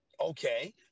okay